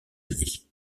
unis